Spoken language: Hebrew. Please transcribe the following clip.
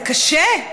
זה קשה.